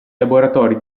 laboratori